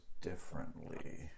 differently